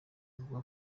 avuga